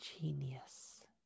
genius